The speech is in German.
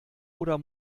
oder